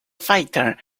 fighter